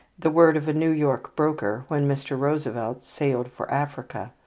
the word of a new york broker, when mr. roosevelt sailed for africa,